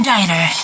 Diner